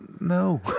No